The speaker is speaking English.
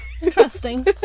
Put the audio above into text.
Interesting